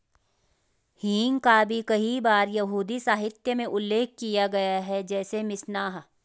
हींग का भी कई बार यहूदी साहित्य में उल्लेख किया गया है, जैसे मिशनाह